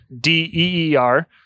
D-E-E-R